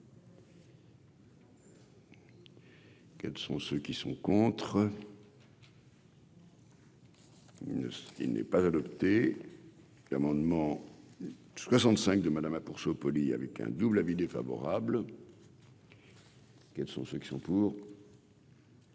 Quels sont ceux qui sont contre. Il ne il n'est pas adopté l'amendement 65 de Manama pour se avec un double avis défavorable. Quels sont ceux qui sont pour.